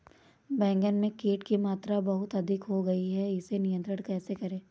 बैगन में कीट की मात्रा बहुत अधिक हो गई है इसे नियंत्रण कैसे करें?